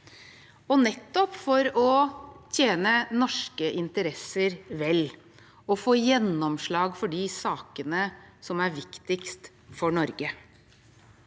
nettopp for å tjene norske interesser vel og få gjennomslag for de sakene som er viktigst for Norge.